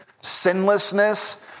sinlessness